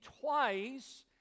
twice